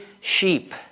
sheep